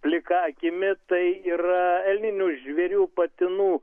plika akimi tai yra elninių žvėrių patinų